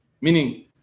meaning